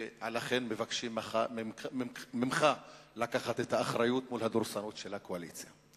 ולכן מבקשים ממך לקחת את האחריות מול הדורסנות של הקואליציה.